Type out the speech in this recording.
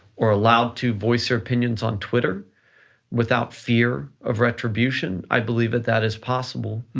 or are allowed to voice their opinions on twitter without fear of retribution? i believe that that is possible.